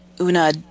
Una